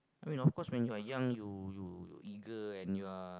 I mean of course when you're young you you you eager and you are